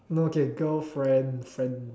no okay girl friend friend